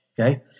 Okay